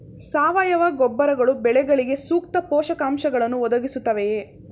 ಸಾವಯವ ಗೊಬ್ಬರಗಳು ಬೆಳೆಗಳಿಗೆ ಸೂಕ್ತ ಪೋಷಕಾಂಶಗಳನ್ನು ಒದಗಿಸುತ್ತವೆಯೇ?